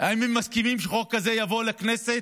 האם הם מסכימים שהחוק הזה יבוא לכנסת?